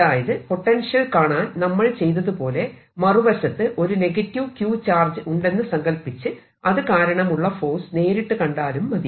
അതായത് പൊട്ടൻഷ്യൽ കാണാൻ നമ്മൾ ചെയ്തതുപോലെ മറുവശത്ത് ഒരു q ചാർജ് ഉണ്ടെന്നു സങ്കൽപ്പിച്ച് അത് കാരണമുള്ള ഫോഴ്സ് നേരിട്ട് കണ്ടാലും മതി